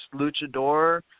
luchador